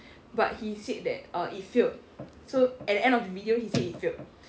but he said that err it failed so at the end of video he said he failed